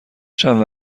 چند